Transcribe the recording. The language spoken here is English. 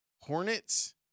Hornets